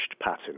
pattern